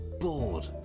bored